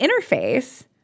interface